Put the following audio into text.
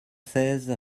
seize